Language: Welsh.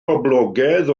poblogaidd